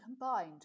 combined